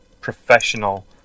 professional